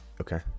Okay